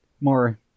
more